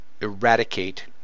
eradicate